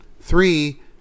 Three